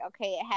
okay